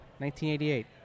1988